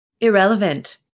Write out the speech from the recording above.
irrelevant